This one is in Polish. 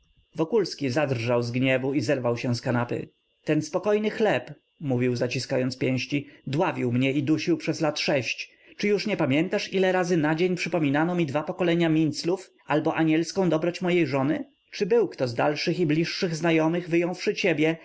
zadrżał z gniewu i zerwał się z kanapy ten spokojny chleb mówił zaciskając pięści dławił mnie i dusił przez lat sześć czy już nie pamiętasz ile razy na dzień przypominano mi dwa pokolenia minclów albo anielską dobroć mojej żony czy był kto z dalszych i bliższych znajomych wyjąwszy ciebie